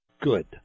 good